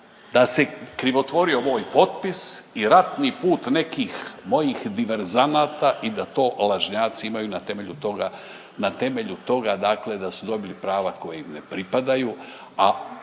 da se krivotvorio moj potpis i ratni put nekih mojih diverzanata i da to lažnjaci imaju na temelju toga dakle da su dobili prava koja im ne pripadaju.